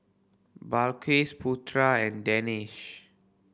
Balqis Putra and Danish